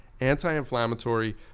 anti-inflammatory